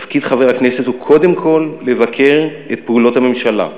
תפקיד חבר הכנסת הוא קודם כול לבקר את פעולות הממשלה,